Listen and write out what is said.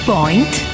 Point